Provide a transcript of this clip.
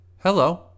hello